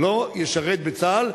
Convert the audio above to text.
לא ישרת בצה"ל,